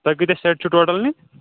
تۄہہِ کۭتیٛاہ سیٹ چھِو ٹوٹَل نِنۍ